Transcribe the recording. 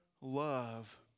love